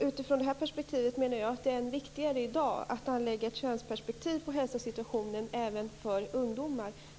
Utifrån det perspektivet är det än viktigare i dag att anlägga ett könsperspektiv på hälsosituationen även vad gäller ungdomar.